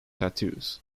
tattoos